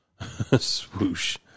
Swoosh